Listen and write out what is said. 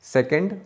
Second